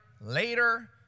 later